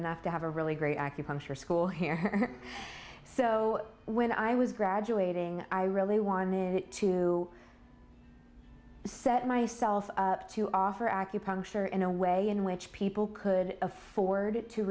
enough to have a really great acupuncture school here so when i was graduating i really wanted to set myself up to offer acupuncture in a way in which people could afford it to